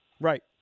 Right